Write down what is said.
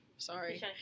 Sorry